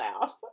laugh